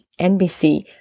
NBC